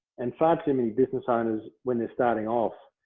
and far too many business owners, when they're starting off,